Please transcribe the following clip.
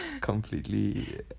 completely